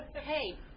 hey